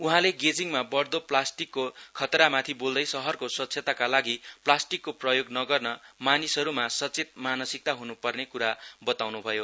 उहाँले गेजिङमा बढदो प्लास्टिकको खतरामाथि बोल्दै शहरको स्वच्छताका लागि प्लास्टिकको प्रयोग नर्गन मानिसहरुमा सचेत मानसिकता हुनुपर्ने कुरा बताउनु भयो